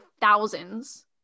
thousands